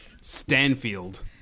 Stanfield